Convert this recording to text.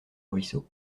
ruisseau